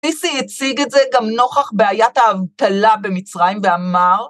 ‫סיסי הציג את זה גם נוכח ‫בעיית האבטלה במצרים ואמר...